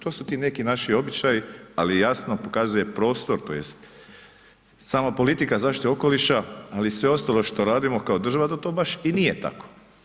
To su ti neki naši običaji, ali jasno pokazuje prostor tj. sama politika zaštite okoliša, ali i sve ostalo što radimo kao država da to baš i nije tako.